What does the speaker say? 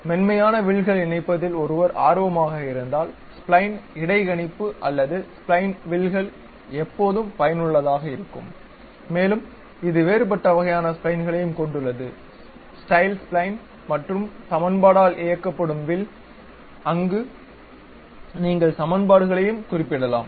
மென்மையான வில்களை இணைப்பதில் ஒருவர் ஆர்வமாக இருந்தால் ஸ்ப்லைன் இடைக்கணிப்பு அல்லது ஸ்ப்லைன் வில்கள் எப்போதும் பயனுள்ளதாக இருக்கும் மேலும் இது வேறுபட்ட வகையான ஸ்ப்லைன்களையும் கொண்டுள்ளது ஸ்டைல் ஸ்ப்லைன் மற்றும் சமன்பாடால் இயக்கப்படும் வில் அங்கு நீங்கள் சமன்பாடுகளையும் குறிப்பிடலாம்